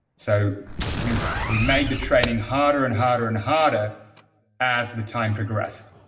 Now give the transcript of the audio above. so we we made the training harder and harder and harder as the time progressed,